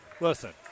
Listen